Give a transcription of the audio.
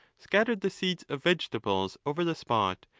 scattered the seeds of vegetables over the spot,